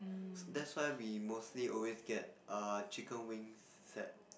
that's why we mostly always get err chicken wings set